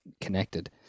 connected